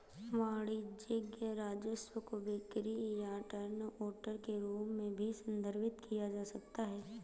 वाणिज्यिक राजस्व को बिक्री या टर्नओवर के रूप में भी संदर्भित किया जा सकता है